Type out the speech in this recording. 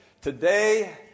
Today